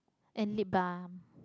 and lip balm